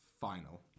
final